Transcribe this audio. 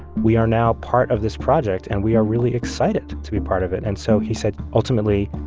we are now part of this project, and we are really excited to be part of it. and so he said, ultimately,